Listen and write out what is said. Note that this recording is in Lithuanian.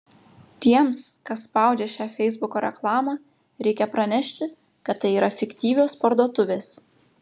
tiems kas spaudžia šią feisbuko reklamą reikia pranešti kad tai yra fiktyvios parduotuvės